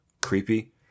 creepy